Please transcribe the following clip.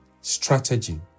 strategy